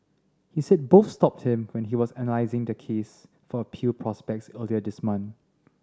he said both stopped him when he was analysing their case for appeal prospects earlier this month